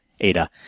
ADA